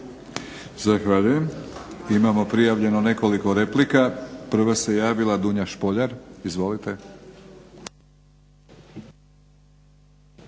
Zahvaljujem. Imamo prijavljeno nekoliko replika. Prva se javila Dunja Špoljar. Izvolite.